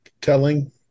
telling